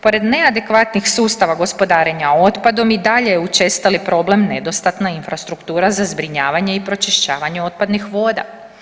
Pored neadekvatnih sustava gospodarenja otpadom i dalje je učestali problem nedostatna infrastruktura za zbrinjavanje i pročišćavanje otpadnih voda.